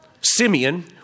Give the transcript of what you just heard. Simeon